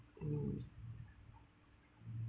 mm